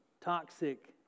toxic